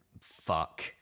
fuck